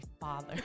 father